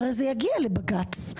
הרי זה יגיע לבג"צ.